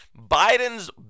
Biden's